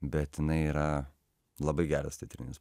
bet jinai yra labai geras teatrinis